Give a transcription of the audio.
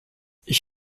ich